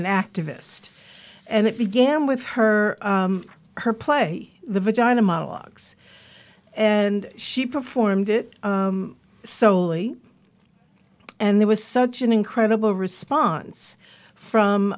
an activist and it began with her her play the vagina monologues and she performed it solely and there was such an incredible response from